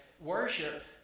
worship